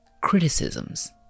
criticisms